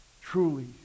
truly